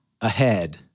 ahead